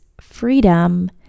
freedom